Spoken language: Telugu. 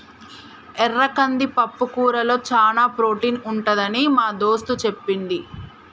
ఎర్ర కంది పప్పుకూరలో చానా ప్రోటీన్ ఉంటదని మా దోస్తు చెప్పింది